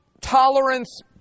tolerance